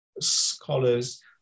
scholars